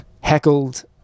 heckled